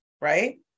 right